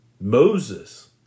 Moses